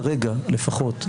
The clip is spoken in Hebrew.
כרגע לפחות,